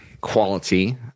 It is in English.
quality